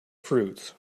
fruits